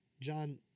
John